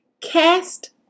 Cast